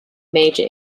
major